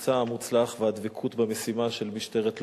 המבצע המוצלח והדבקות במשימה של משטרת לוד.